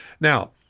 Now